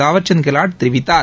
தாவர்சந்த் கொட் தெரிவித்தார்